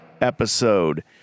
episode